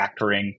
factoring